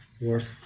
worth